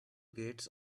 gates